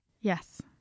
yes